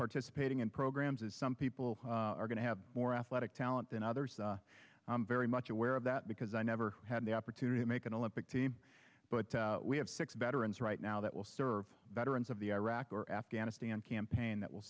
participating in programs is some people are going to have more athletic talent than others very much aware of that because i never had the opportunity to make an olympic team but we have six veterans right now that will serve veterans of the iraq or afghanistan campaign that will